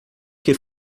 que